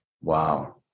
Wow